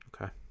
Okay